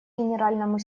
генеральному